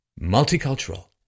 Multicultural